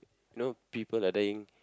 you know people are dying